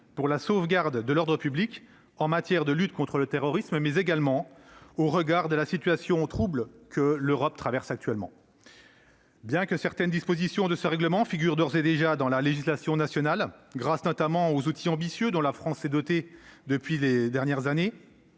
pour la sauvegarde de l'ordre public en matière de lutte contre le terrorisme, et, d'autre part, en considération de la situation trouble que l'Europe traverse actuellement. Bien que certaines dispositions de ce règlement figurent d'ores et déjà dans la législation nationale, grâce notamment aux outils ambitieux dont la France s'est dotée ces dernières années,